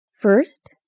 First